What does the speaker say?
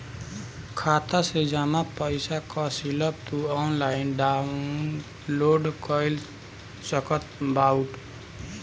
खाता से जमा पईसा कअ स्लिप तू ऑनलाइन डाउन लोड कर सकत बाटअ